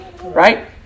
Right